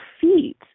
feet